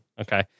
Okay